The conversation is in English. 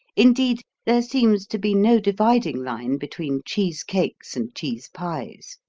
indeed, there seems to be no dividing line between cheese cakes and cheese pies.